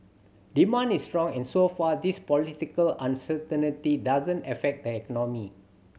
demand is strong and so far this political uncertain doesn't affect the economy